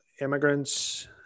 immigrants